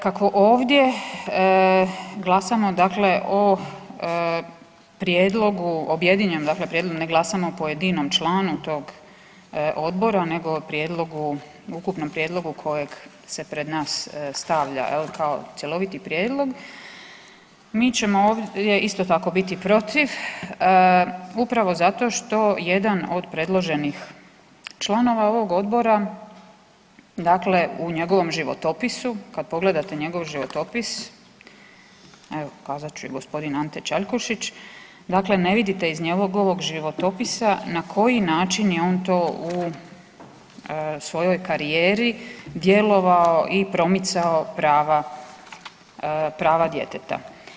Kako ovdje glasamo dakle o prijedlogu objedinjenom dakle prijedlogu, ne glasamo o pojedinom članu tog Odbora nego o prijedlogu ukupnom prijedlogu kojeg pred nas stavlja kao cjeloviti prijedlog mi ćemo ovdje isto tako biti protiv upravo zato što jedan od predloženih članova ovog Odbora dakle u njegovom životopisu kada pogledate njegov životopis evo pokazat ću je gospodin Ante Čaljkušić dakle ne vidite iz njegovog ovog životopisa na koji način je on to u svojoj karijeri djelovao i promicao prava djeteta.